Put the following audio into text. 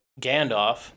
Gandalf